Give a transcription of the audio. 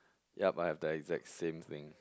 yup I have the exact same thing